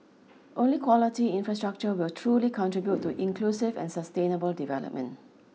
only quality infrastructure will truly contribute to inclusive and sustainable development